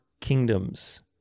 kingdoms